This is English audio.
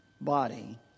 body